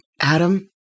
Adam